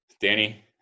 Danny